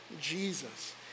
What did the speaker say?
Jesus